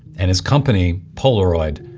and his company, polaroid,